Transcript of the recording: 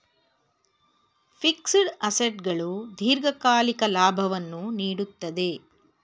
fixed assets ಗಳು ದೀರ್ಘಕಾಲಿಕ ಲಾಭವನ್ನು ನೀಡುತ್ತದೆ